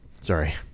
sorry